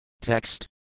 Text